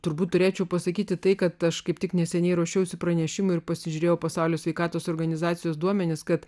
turbūt turėčiau pasakyti tai kad aš kaip tik neseniai ruošiausi pranešimui ir pasižiūrėjau pasaulio sveikatos organizacijos duomenis kad